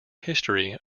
history